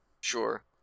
Sure